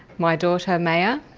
my daughter maya,